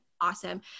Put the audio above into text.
awesome